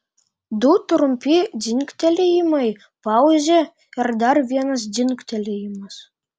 du trumpi dzingtelėjimai pauzė ir dar vienas dzingtelėjimas